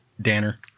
Danner